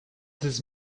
this